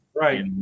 right